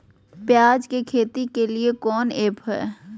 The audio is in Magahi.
प्याज के खेती के लिए कौन ऐप हाय?